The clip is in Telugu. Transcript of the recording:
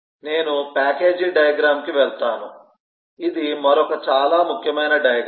నేను ప్యాకేజీ డయాగ్రమ్ కి వెళ్తాను ఇది మరొక చాలా ముఖ్యమైన డయాగ్రమ్